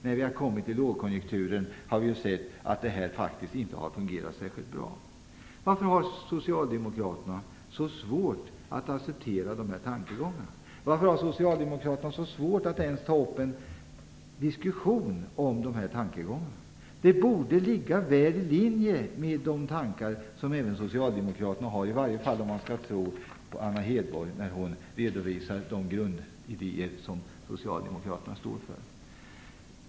När lågkonjunkturen kommit har vi sett att systemet inte har fungerat särskilt bra. Varför har Socialdemokraterna så svårt att acceptera dessa tankegångar? Varför har Socialdemokraterna så svårt att ens ta upp en diskussion om detta? Det borde ligga väl i linje med tankar som även Socialdemokraterna har - i varje fall om man skall tro på Anna Hedborg när hon redovisat de grundidéer som Socialdemokraterna står för.